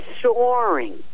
soaring